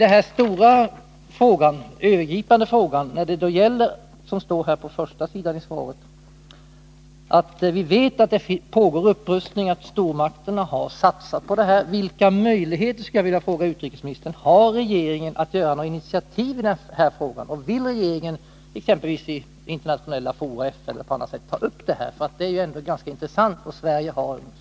Men när det gäller den övergripande frågan, dvs. det faktum att vi vet, såsom också sägs i svaret, att det pågår upprustning, att stormakterna har satsat på detta, skulle jag vilja fråga utrikesministern: Har regeringen för avsikt att ta några initiativ i den här frågan? Vill regeringen ta upp den exempelvis i internationella fora som FN eller på annat sätt? Det vore intressant att få veta det.